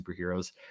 superheroes